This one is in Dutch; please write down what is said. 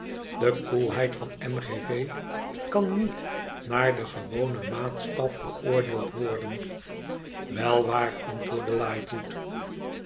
de koelheid van m g v kan niet naar den gewonen maatstaf beoordeeld worden wèl waar antwoordde lightwood